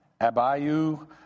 Abayu